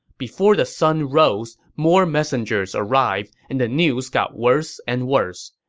before the sun rose, more messengers arrived, and the news got worse and worse.